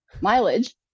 mileage